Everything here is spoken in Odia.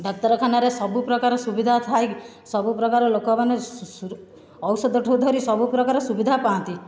ଡାକ୍ତରଖାନାରେ ସବୁପ୍ରକାର ସୁବିଧା ଥାଇକି ସବୁପ୍ରକାର ଲୋକମାନେ ଔଷଧ ଠୁ ଧରି ସବୁପ୍ରକାର ସୁବିଧା ପାଆନ୍ତି